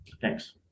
Thanks